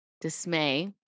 dismay